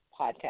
podcast